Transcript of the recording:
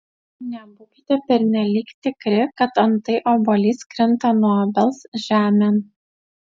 nebūkite pernelyg tikri kad antai obuolys krinta nuo obels žemėn